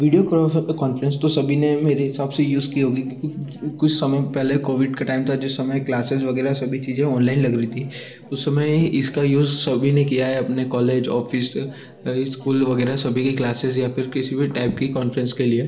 video conference तो सभी ने मेरे हिसाब से यूज की होगी कुछ समय पहले कोविड का टैम था जिस समय क्लासेस वगैरह सभी चीज़ें औनलैन लग रही थी उस समय ही इसका यूज़ सभी ने किया है अपने कौलेज ऑफिस इस्कूल वगैरह सभी कि क्लासेस या फिर किसी भी टैप की कौनफ्रेंस के लिए